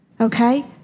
okay